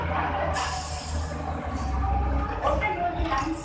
আচ্ছা ওটাই বলছিলাম